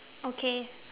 okay